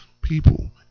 people